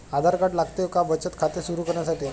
आधार card लागते का बचत खाते सुरू करण्यासाठी?